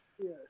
Yes